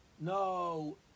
no